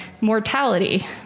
mortality